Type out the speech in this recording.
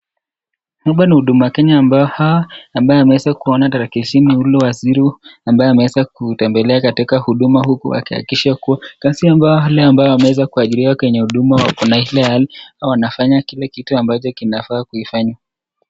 Hapa ni huduma Kenya ambapo hawa ambao wanweza kuona tarakilishini, yule waziri ambaye ameweza kutembelea huduma huku akihakikisha kuwa kazi ambayo wale ambao wameweza kuajiriwa kwenye huduma wako na ile hali au wanafanya kile kitu ambacho kinafaa kufanywa.